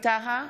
טאהא,